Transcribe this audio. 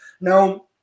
now